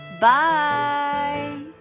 Bye